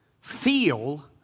feel